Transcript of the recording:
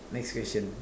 next question